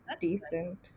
decent